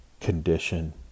condition